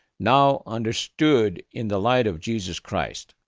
now understood in the light of jesus christ.